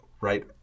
right